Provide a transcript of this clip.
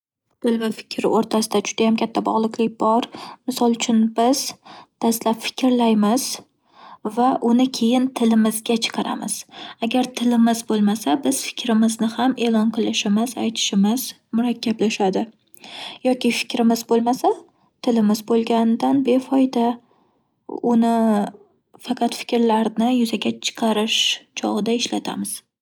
Til va fikr o'rtasida judayam katta bog'liqlik bor. Misol uchun, biz dastlab fikrlaymiz va uni keyin tilimizga chiqaramiz. Agar tilimiz bo'lmasa, biz fikrimizni ham e'lon qilishimiz, aytishimiz murakkablashadi. Yoki fikrimiz bo'lmasa tilimiz bo'lganidan befoyda. Uni faqat fikrlarni yuzaga chiqarish chog'ida ishlatamiz.